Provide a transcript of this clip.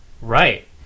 Right